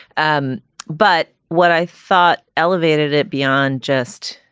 and but what i thought elevated it beyond just